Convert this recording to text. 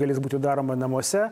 galės būti daroma namuose